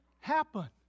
happen